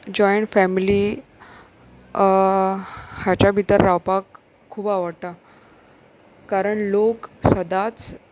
joint family हाच्या भितर रावपाक खूब आवडटा कारण लोक सदांच